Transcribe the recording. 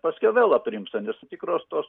paskiau vėl aprimsta nes tikros tos tuoktuvės